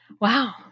Wow